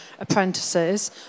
apprentices